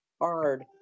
hard